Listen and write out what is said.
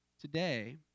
today